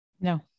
no